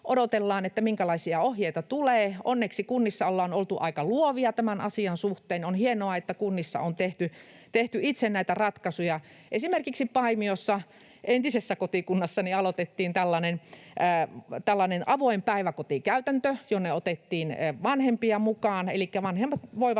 odotellaan, minkälaisia ohjeita tulee. Onneksi kunnissa ollaan oltu aika luovia tämän asian suhteen. On hienoa, että kunnissa on tehty itse näitä ratkaisuja. Esimerkiksi Paimiossa, entisessä kotikunnassani, aloitettiin tällainen avoin päiväkoti ‑käytäntö, jonne otettiin vanhempia mukaan,